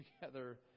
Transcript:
together